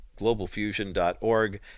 globalfusion.org